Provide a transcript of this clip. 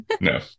no